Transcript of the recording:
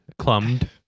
clumbed